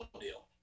deal